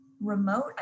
remote